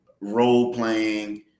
role-playing